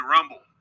Rumble